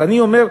אבל אני אומר,